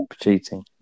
cheating